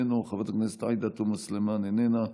איננו,